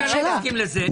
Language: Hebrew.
אני לא מסכים לזה.